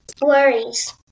Worries